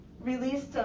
released